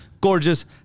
gorgeous